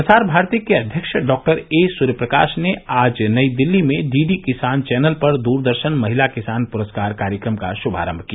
प्रसार भारती के अध्यक्ष डॉ एसूर्यप्रकाश ने आज नई दिल्ली में डीडी किसान चैनल पर दूरदर्शन महिला किसान पुरस्कार कार्यक्रम का श्मारंभ किया